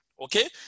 okay